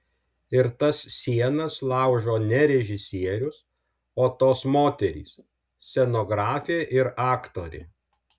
ir tas sienas laužo ne režisierius o tos moterys scenografė ir aktorė